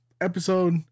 Episode